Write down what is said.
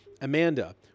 Amanda